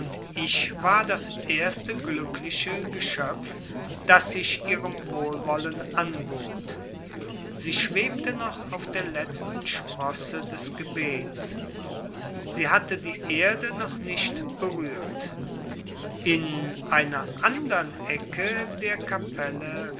ich war das erste glückliche geschöpf das sich ihrem wohlwollen anbot sie schwebte noch auf der letzten sprosse des gebets sie hatte die erde noch nicht berührt in einer andern ecke der kapelle